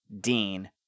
Dean